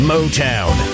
Motown